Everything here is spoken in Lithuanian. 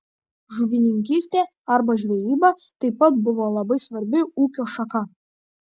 žuvininkystė arba žvejyba taip pat buvo labai svarbi ūkio šaka